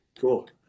Cool